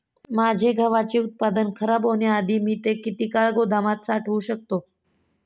माझे गव्हाचे उत्पादन खराब होण्याआधी मी ते किती काळ गोदामात साठवू शकतो?